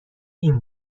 این